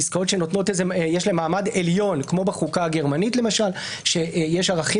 פסקאות שי להן מעמד עליון כמו בחוקה הגרמנית שם יש נערכים